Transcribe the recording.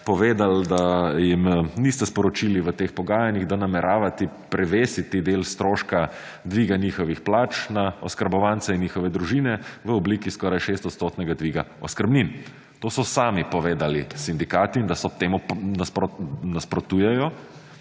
povedali, da jim niste sporočili v teh pogajanjih, da nameravati prevesiti del stroška dviga njihovih plač na oskrbovance in njihove družine v obliki skoraj 6 % dviga oskrbnin. To so sami povedali sindikati, in da temu nasprotujejo,